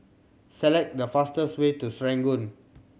select the fastest way to Serangoon